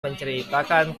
menceritakan